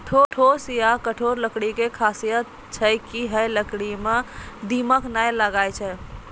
ठोस या कठोर लकड़ी के खासियत छै कि है लकड़ी मॅ दीमक नाय लागैय छै